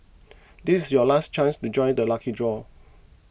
this is your last chance to join the lucky draw